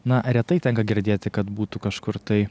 na retai tenka girdėti kad būtų kažkur tai